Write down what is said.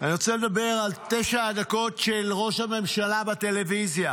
אני רוצה לדבר על תשע הדקות של ראש הממשלה בטלוויזיה.